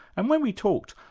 and when we talked,